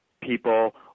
people